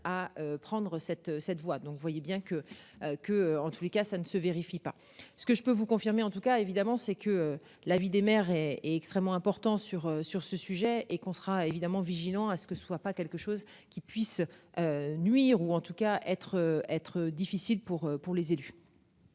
à prendre cette cette voix, donc vous voyez bien que, que, en tous les cas ça ne se vérifie pas ce que je peux vous confirmer en tout cas, évidemment, c'est que la vie des mères et est extrêmement important sur sur ce sujet et qu'on sera évidemment vigilants à ce que soient pas quelque chose qui puisse. Nuire ou en tout cas être être difficile pour pour les élus.